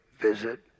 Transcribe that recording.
visit